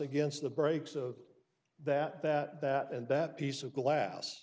against the break so that that that and that piece of glass